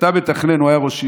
כשאתה מתכנן, הוא היה ראש עיר,